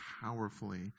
powerfully